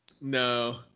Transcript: No